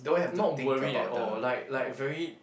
not worried at all like like very